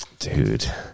Dude